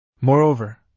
Moreover